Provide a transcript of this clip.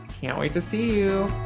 can't wait to see you!